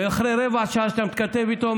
ואחרי רבע שעה שאתה מתכתב איתו,